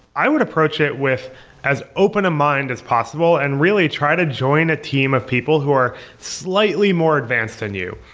i would approach it with as open a mind as possible and really, try to join a team of people who are slightly more advanced than you.